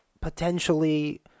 potentially